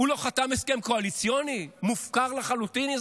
הוא לא חתם על הסכם קואליציוני מופקר לחלוטין?